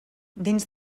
dins